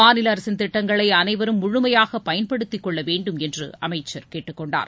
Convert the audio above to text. மாநில அரசின் திட்டங்களை அனைவரும் முழுமையாக பயன்படுத்திக் கொள்ள வேண்டும் என்று அமைச்சர் கேட்டுக்கொண்டார்